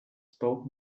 spoken